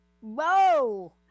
Whoa